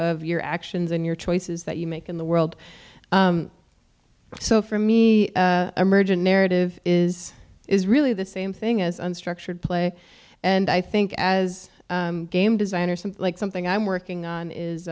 of your actions and your choices that you make in the world so for me emergent narrative is is really the same thing as unstructured play and i think as game design or some like something i'm working on